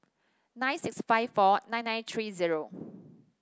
nine six five four nine nine three zero